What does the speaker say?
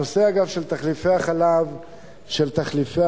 אגב, הנושא של תחליפי החלב עלה.